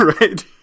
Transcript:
Right